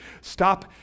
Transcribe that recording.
Stop